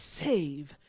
save